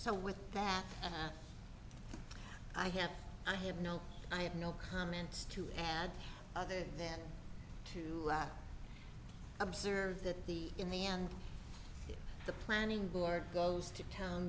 with that i have i have no i have no comments to add other then to observe that the in the end the planning board goes to town